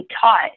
taught